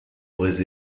aurais